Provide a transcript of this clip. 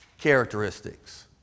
characteristics